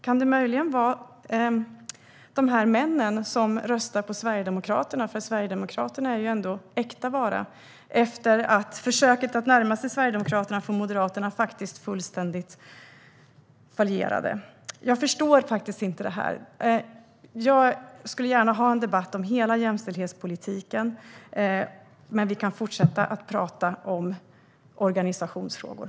Kan det möjligen vara männen som röstar på Sverigedemokraterna man vänder sig till, efter att försöket att närma sig Sverigedemokraterna från Moderaterna fullständigt fallerade? Sverigedemokraterna är ändå äkta vara. Jag förstår faktiskt inte det här. Jag skulle gärna ha en debatt om hela jämställdhetspolitiken, men vi kan fortsätta att prata om organisationsfrågor.